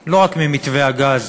אכפת באמת לא רק ממתווה הגז